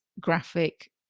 graphic